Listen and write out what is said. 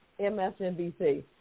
MSNBC